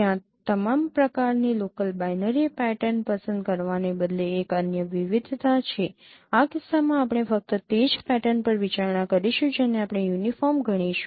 ત્યાં તમામ પ્રકારની લોકલ બાઈનરી પેટર્ન પસંદ કરવાને બદલે એક અન્ય વિવિધતા છે આ કિસ્સામાં આપણે ફક્ત તે જ પેટર્ન પર વિચારણા કરીશું જેને આપણે યુનિફોર્મ ગણીશું